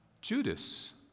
Judas